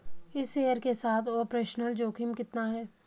इस शेयर के साथ ऑपरेशनल जोखिम कितना है?